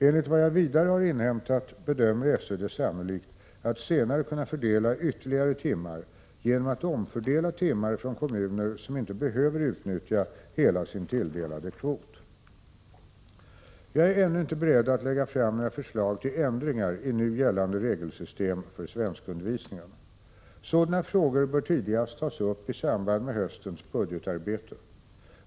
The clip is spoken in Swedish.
Enligt vad jag vidare har inhämtat bedömer SÖ det sannolikt att senare kunna fördela ytterligare timmar genom att omfördela timmar från kommuner som inte behöver utnyttja hela sin tilldelade kvot. Jag är ännu inte beredd att lägga fram några förslag till ändringar i nu gällande regelsystem för svenskundervisningen. Sådana frågor bör tidigast tas upp i samband med höstens budgetarbete.